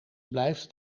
blijft